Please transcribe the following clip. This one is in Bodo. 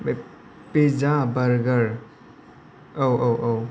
पिज्जा बार्गर औ औ औ